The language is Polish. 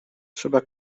trzeba